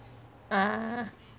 ah